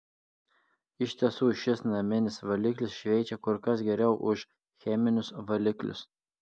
iš tiesų šis naminis valiklis šveičia kur kas geriau už cheminius valiklius